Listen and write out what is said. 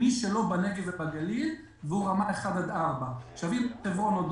מי שלא בנגב ובגליל והוא רמה 4-1. אם דרום הר חברון או